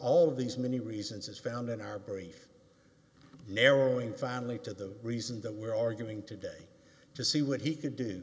of these many reasons as found in our brief narrowing finally to the reason that we're arguing today to see what he could do